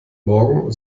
morgen